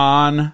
on